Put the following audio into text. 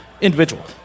individual